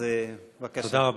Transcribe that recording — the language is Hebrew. תודה רבה.